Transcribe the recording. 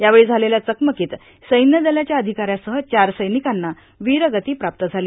यावेळी झालेल्या चकमकीत सैन्यदलाच्या अधिकाऱ्यासह चार सैनिकांना वीरगती प्राप्त झाली